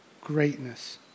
greatness